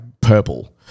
purple